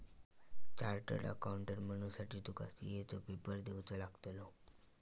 chartered accountant बनुसाठी तुका CA चो पेपर देवचो लागतलो